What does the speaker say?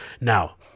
now